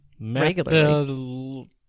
regularly